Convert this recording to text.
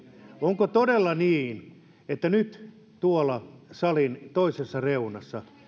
onko todella niin että nyt tuolla salin toisessa reunassa